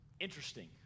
interesting